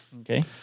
Okay